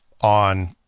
on